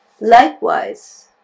likewise